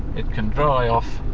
it can dry off,